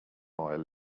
oil